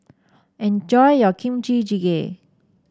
enjoy your Kimchi Jjigae